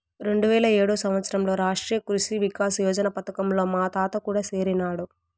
రెండువేల ఏడు సంవత్సరంలో రాష్ట్రీయ కృషి వికాస్ యోజన పథకంలో మా తాత కూడా సేరినాడు